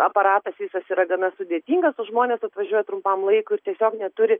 aparatas visas yra gana sudėtingas o žmonės atvažiuoja trumpam laikui ir tiesiog neturi